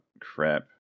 crap